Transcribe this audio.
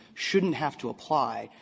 shouldn't have to apply.